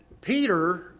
Peter